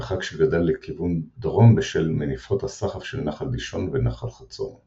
מרחק שגדל לכיוון דרום בשל מניפות הסחף של נחל דישון ונחל חצור.